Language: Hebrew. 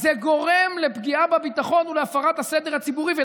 אז זה גורם לפגיעה בביטחון ולהפרת הסדר הציבורי.